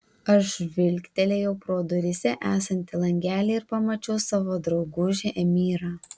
aš žvilgtelėjau pro duryse esantį langelį ir pamačiau savo draugužį emyrą